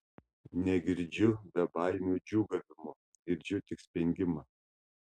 negirdžiu bebaimių džiūgavimo girdžiu tik spengimą